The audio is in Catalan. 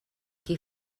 qui